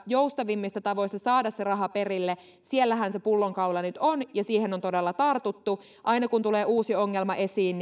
joustavimmissa tavoissa saada se raha perille on nyt se pullonkaula ja siihen on todella tartuttu aina kun tulee uusi ongelma esiin